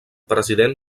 president